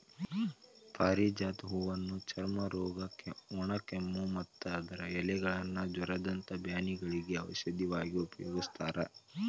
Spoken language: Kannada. ಪಾರಿಜಾತ ಹೂವನ್ನ ಚರ್ಮರೋಗ, ಒಣಕೆಮ್ಮು, ಮತ್ತ ಅದರ ಎಲೆಗಳನ್ನ ಜ್ವರದಂತ ಬ್ಯಾನಿಗಳಿಗೆ ಔಷಧವಾಗಿ ಉಪಯೋಗಸ್ತಾರ